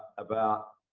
about